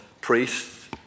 Priests